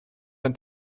ein